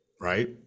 right